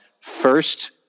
first